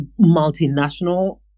multinational